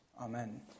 Amen